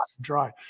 dry